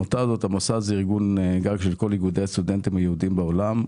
המוסד הזה הוא ארגון גג של כל איגודי הסטודנטים היהודים בעולם.